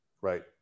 right